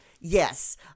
Yes